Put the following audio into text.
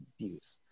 abuse